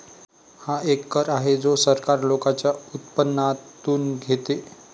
हा एक कर आहे जो सरकार लोकांच्या उत्पन्नातून घेते